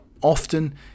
often